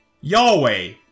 Yahweh